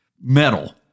metal